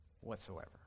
whatsoever